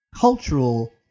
cultural